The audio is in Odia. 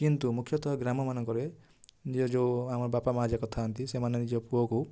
କିନ୍ତୁ ମୁଖ୍ୟତଃ ଗ୍ରାମମାନଙ୍କରେ ଯେଉଁ ଆମ ବାପ ମାଆଯାକ ଥାଆନ୍ତି ସେମାନେ ନିଜ ପୁଅକୁ